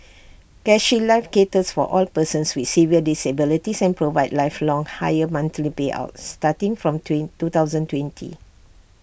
CareShield life caters for all persons with severe disabilities and provides lifelong higher monthly payouts starting from twin two thousand twenty